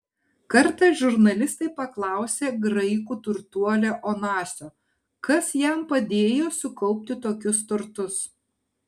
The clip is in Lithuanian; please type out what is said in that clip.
kartą žurnalistai paklausė graikų turtuolio onasio kas jam padėjo sukaupti tokius turtus